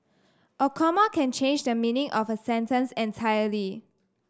a comma can change the meaning of a sentence entirely